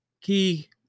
Key